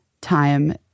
time